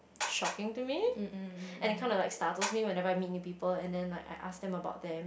shocking to me and it kinda like startles me whenever I meet new people and then like I ask them about them